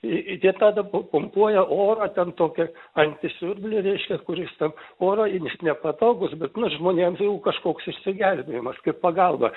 į įdė tada pu pumpuoja orą ten tokią antisiurblį reiškia kuris ten orą ir jis nepatogus bet nu žmonėms jau kažkoks išsigelbėjimas kaip pagalba